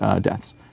deaths